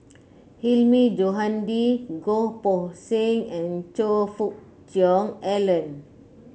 Hilmi Johandi Goh Poh Seng and Choe Fook Cheong Alan